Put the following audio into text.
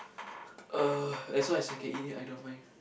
uh as long as I can eat it I don't mind